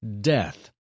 death